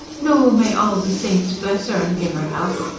no, may all the saints bless er and give er health!